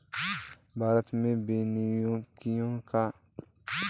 भारत में वानिकी का अस्तित्व वैन के आधार पर है